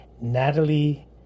Natalie